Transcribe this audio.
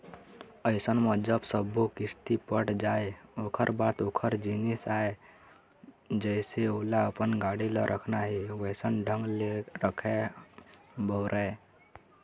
अइसन म जब सब्बो किस्ती पट जाय ओखर बाद ओखर जिनिस आय जइसे ओला अपन गाड़ी ल रखना हे वइसन ढंग ले रखय, बउरय